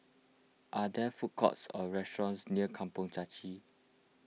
are there food courts or restaurants near Kampong Chai Chee